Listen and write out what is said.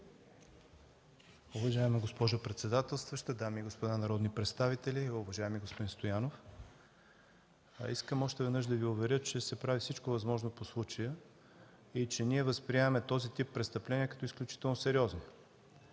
Уважаема госпожо председател, дами и господа народни представители! Уважаеми господин Стоянов, искам още веднъж да Ви уверя, че се прави всичко възможно по случая и че ние възприемаме този тип престъпления като изключително сериозни.